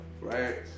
Right